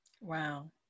Wow